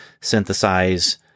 synthesize